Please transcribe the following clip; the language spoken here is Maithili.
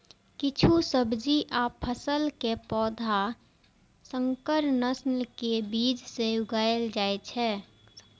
किछु सब्जी आ फसल के पौधा संकर नस्ल के बीज सं उगाएल जाइ छै